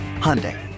Hyundai